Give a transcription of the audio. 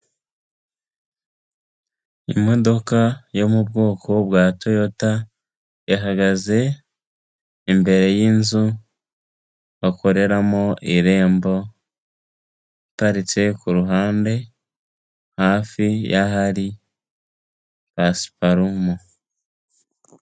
Imodoka yo mu bwoko bwa toyota. Yahagaze imbere y'inzu bakoreramo irembo. Iparitse ku ruhande hafi y'ahari pasiparumu.